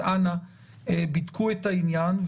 אז אנא תבדקו את העניין.